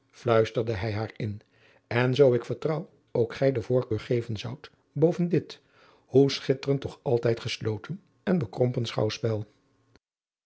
en zoo ik vertrouw ook gij de voorkeur geven zoudt boven dit hoe schitterend toch altijd gesloten en bekrompen schouwspel